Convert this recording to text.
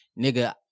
nigga